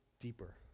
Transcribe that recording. deeper